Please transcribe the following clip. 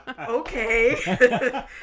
Okay